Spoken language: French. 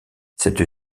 cette